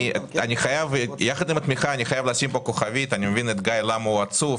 יחד עם התמיכה אני חייב לשים כוכבית אני מבין למה גיא עצוב